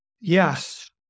Yes